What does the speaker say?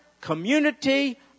community